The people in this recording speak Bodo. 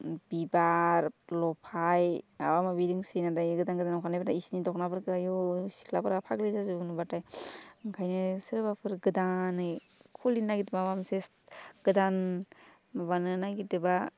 बिबार लफाय माबा माबि दंसोयो दायो गोदान गोदान ओंखारनायफोरा बिसोरनि दख'नाफोरखौ आइयौ सिख्लाफ्रा फाग्लि जाजोबो नुबाथाय ओंखायनो सोरबाफोर गोदानै खुलिनो नागिरदोंबा माबा मोनसे गोदान माबानो नागिरदोंबा